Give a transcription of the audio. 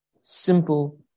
simple